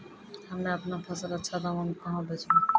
हम्मे आपनौ फसल अच्छा दामों मे कहाँ बेचबै?